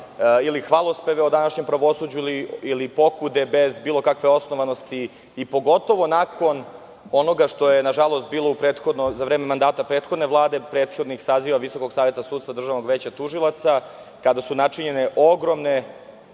ili hvalospeve o današnjem pravosuđu ili pokude bez bilo kakve osnovanosti, a pogotovo nakon onoga što je, nažalost, bilo za vreme mandata prethodne Vlade, prethodnih saziva Visokog saveta sudstva, Državnog veća tužilaca kada su načinjene ogromne